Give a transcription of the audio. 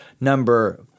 number